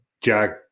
Jack